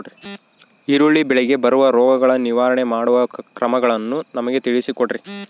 ಈರುಳ್ಳಿ ಬೆಳೆಗೆ ಬರುವ ರೋಗಗಳ ನಿರ್ವಹಣೆ ಮಾಡುವ ಕ್ರಮಗಳನ್ನು ನಮಗೆ ತಿಳಿಸಿ ಕೊಡ್ರಿ?